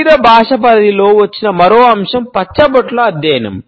శరీర భాష పరిధిలోకి వచ్చిన మరో అంశం పచ్చబొట్ల అధ్యయనం